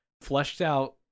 fleshed-out